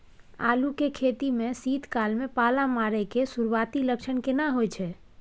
आलू के खेती में शीत काल में पाला मारै के सुरूआती लक्षण केना होय छै?